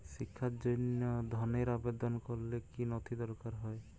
শিক্ষার জন্য ধনের আবেদন করলে কী নথি দরকার হয়?